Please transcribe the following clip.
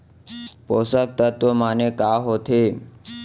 पोसक तत्व माने का होथे?